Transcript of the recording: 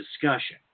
discussion